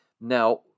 Now